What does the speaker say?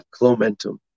Clomentum